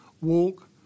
walk